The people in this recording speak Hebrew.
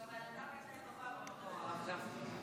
כוונתם הייתה טובה, הם